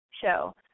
show